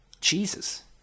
jesus